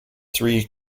three